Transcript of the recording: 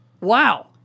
Wow